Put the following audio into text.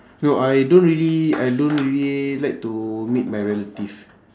no I don't really I don't really like to meet my relative